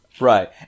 Right